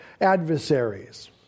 adversaries